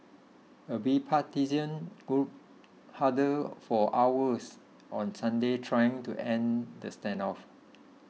a bipartisan group huddled for hours on Sunday trying to end the standoff